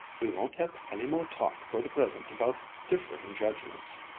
we won't have any more talk for the present about differing judgments,